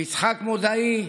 ויצחק מודעי,